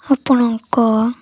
ଆପଣଙ୍କ